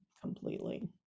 completely